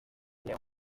león